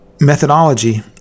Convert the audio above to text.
methodology